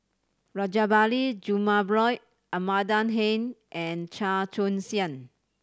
Rajabali Jumabhoy Amanda Heng and Chua Joon Siang